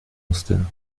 musste